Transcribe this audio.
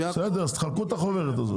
וניסינו לייצר איזו שהיא חוברת עבודה.